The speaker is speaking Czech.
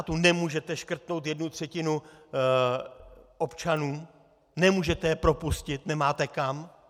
Ve státě nemůžete škrtnout jednu třetinu občanů, nemůžete je propustit, nemáte kam.